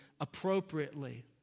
appropriately